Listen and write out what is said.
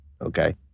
Okay